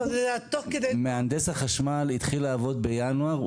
תוך כדי --- מהנדס החשמל התחיל לעבוד בינואר.